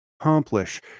accomplish